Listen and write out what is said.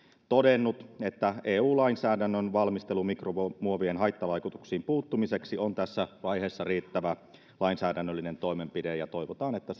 todennut että eu lainsäädännön valmistelu mikromuovien haittavaikutuksiin puuttumiseksi on tässä vaiheessa riittävä lainsäädännöllinen toimenpide ja toivotaan että